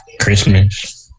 Christmas